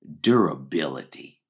durability